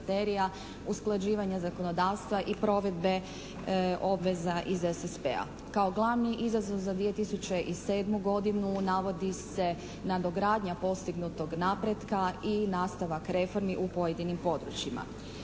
usklađivanja zakonodavstva i provedbe obveza iz SSP-a. Kao glavni izazov za 2007. godinu navodi se nadogradnja postignutog napretka i nastavak reformi u pojedinim područjima.